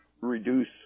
reduce